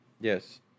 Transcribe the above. Yes